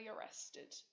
arrested